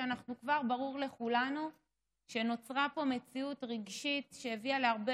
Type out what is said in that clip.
כבר ברור לכולנו שנוצרה פה מציאות רגשית שהביאה להרבה